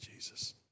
Jesus